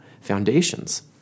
foundations